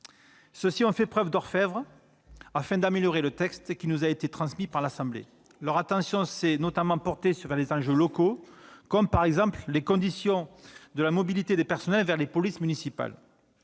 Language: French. Ceux-ci ont fait oeuvre d'orfèvre, afin d'améliorer le texte qui nous a été transmis par l'Assemblée nationale. Leur attention s'est notamment portée vers les enjeux locaux, comme les conditions de la mobilité des personnels vers les polices municipales.